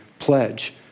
pledge